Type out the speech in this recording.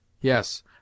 Yes